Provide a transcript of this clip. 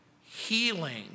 healing